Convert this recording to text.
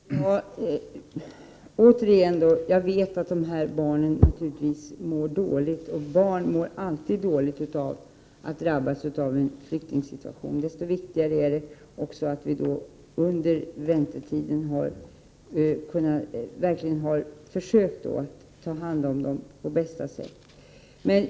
Herr talman! Återigen vill jag säga att jag naturligtvis vet att dessa barn mår dåligt — barn mår alltid dåligt i en flyktingsituation. Desto viktigare är det att vi under väntetiden verkligen försöker ta hand om dem på bästa sätt.